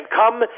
come